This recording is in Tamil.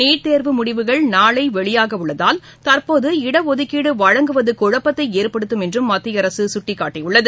நீட் தேர்வு முடிவுகள் நாளை வெளியாக உள்ளதால் தற்போது இடஒதுக்கீடு வழங்குவது குழப்பத்தை ஏற்படுத்தும் என்றும் மத்திய அரசு சுட்டிக்காட்டியுள்ளது